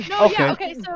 Okay